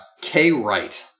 K-Wright